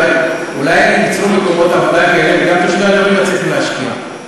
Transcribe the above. אולי אם הם ימצאו מקומות עבודה גם תושבי הדרום יצליחו להשקיע.